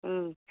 ம்